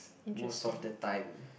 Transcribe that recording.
most of the time